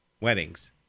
weddings